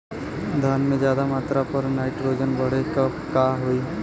धान में ज्यादा मात्रा पर नाइट्रोजन पड़े पर का होई?